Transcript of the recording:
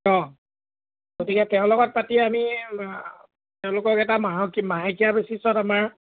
অঁ গতিকে তেওঁ লগত পাতি আমি তেওঁলোকক এটা মাহেকীয়া বেছিছত আমাৰ